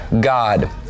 God